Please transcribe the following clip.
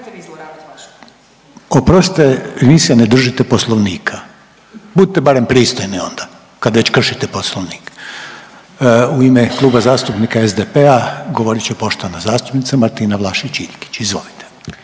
Oprostite vi se ne držite Poslovnika. Budite barem pristojni onda kad već kršite Poslovnik. U ime Kluba zastupnika SDP-a govorit će poštovana zastupnica Martina Vlašić-Iljkić. Izvolite.